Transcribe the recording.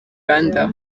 rwanda